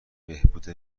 بهبود